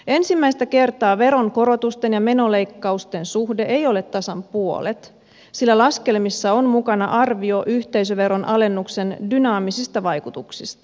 ensimmäistä kertaa veronkorotusten ja menoleikkausten suhde ei ole tasan puolet sillä laskelmissa on mukana arvio yhteisöveron alennuksen dynaamisista vaikutuksista